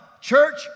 Church